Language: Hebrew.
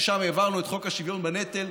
ששם העברנו את חוק השוויון בנטל,